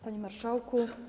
Panie Marszałku!